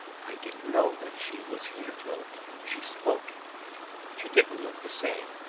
i didn't know that she was here till she spoke and she didn't look the same.